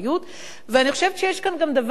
אני חושבת שיש כאן גם דבר נוסף,